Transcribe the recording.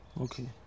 Okay